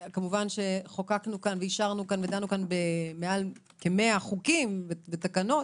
חוקקנו פה ואישרנו פה ודנו פה במעל כמאה חוקים ותקנות